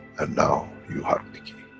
and now you have the key.